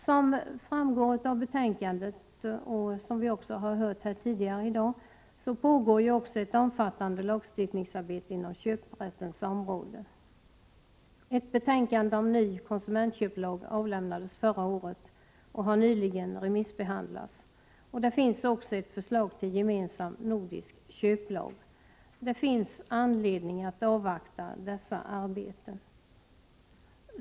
Som framgår av betänkandet, och som vi också hört här tidigare i dag, pågår ju ett omfattande lagstiftningsarbete inom köprättens område. Ett betänkande om en ny konsumentköplag avlämnades förra året och har nyligen remissbehandlats. Det finns också ett förslag till gemensam nordisk köplag. Det finns anledning att avvakta dessa arbeten.